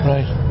Right